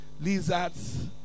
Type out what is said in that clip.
lizards